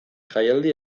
jaialdi